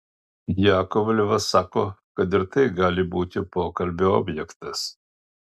jakovlevas sako kad ir tai gali būti pokalbio objektas